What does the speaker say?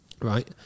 right